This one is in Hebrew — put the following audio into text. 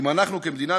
אנחנו כמדינה,